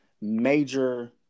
major